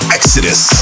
Exodus